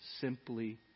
simply